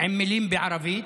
עם מילים בערבית,